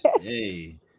Hey